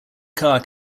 carr